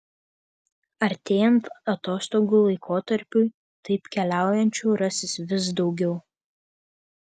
artėjant atostogų laikotarpiui taip keliaujančių rasis vis daugiau